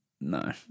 no